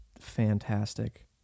fantastic